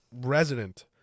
resident-